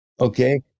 okay